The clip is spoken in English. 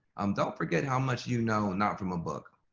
um don't forget how much you know and not from a book.